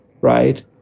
right